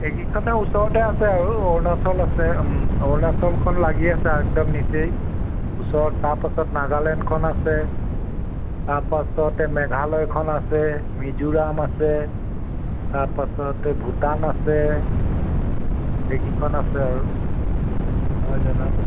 এইকেইখনে ওচৰতে আছে আৰু অৰুণাচল আছে ওম অৰুণাচলখন লাগি আছে একদম নিচেই ওচৰত তাৰপাছত নাগালেণ্ডখন আছে তাৰপাছতে মেঘালয়খন আছে মিজোৰাম আছে তাৰপাছত ভূটান আছে এইকেইখন আছে আৰু মই জনাত